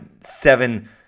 seven